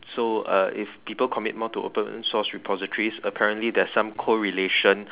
so uh if people commit more to open source repositories apparently there's some correlation